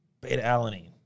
beta-alanine